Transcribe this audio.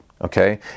okay